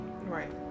Right